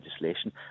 legislation